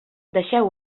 deixeu